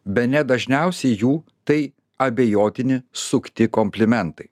bene dažniausiai jų tai abejotini sukti komplimentai